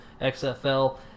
XFL